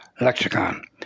lexicon